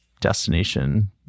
destination